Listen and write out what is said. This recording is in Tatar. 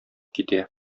китә